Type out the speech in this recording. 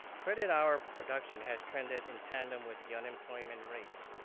credit hour production has trended in tandem with the unemployment rates.